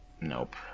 Nope